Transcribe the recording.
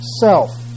self